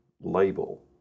label